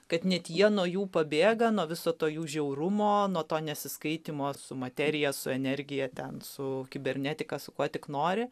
kad net jie nuo jų pabėga nuo viso to jų žiaurumo nuo to nesiskaitymo su materija su energija ten su kibernetika su kuo tik nori